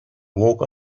walk